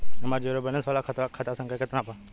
हमार zero balance वाला खतवा के खाता संख्या केतना बा?